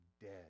dead